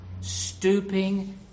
Stooping